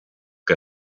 que